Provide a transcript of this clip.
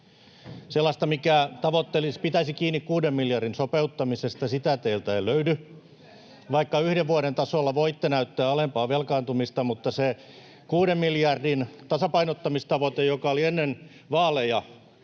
sellaista, mikä pitäisi kiinni kuuden miljardin sopeuttamisesta. Sitä teiltä ei löydy. Vaikka yhden vuoden tasolla voitte näyttää alempaa velkaantumista, niin se asiantuntijoiden sanoma kuuden miljardin tasapainottamistavoite, joka oli ennen vaaleja,